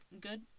good